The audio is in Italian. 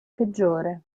peggiore